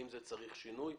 האם זה צריך שינוי.